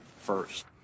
first